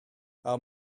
our